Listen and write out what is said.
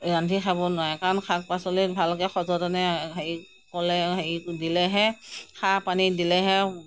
ৰান্ধি খাব নোৱাৰে কাৰণ শাক পাচলিত ভালকে সযতনে ক'লে হেৰি ক'লে হেৰি দিলেহে সাৰ পানী দিলেহে